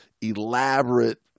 elaborate